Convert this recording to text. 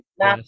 na